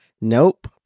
Nope